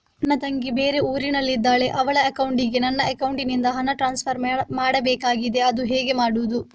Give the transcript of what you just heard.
ನನ್ನ ತಂಗಿ ಬೇರೆ ಊರಿನಲ್ಲಿದಾಳೆ, ಅವಳ ಅಕೌಂಟಿಗೆ ನನ್ನ ಅಕೌಂಟಿನಿಂದ ಹಣ ಟ್ರಾನ್ಸ್ಫರ್ ಮಾಡ್ಬೇಕಾಗಿದೆ, ಅದು ಹೇಗೆ ಮಾಡುವುದು?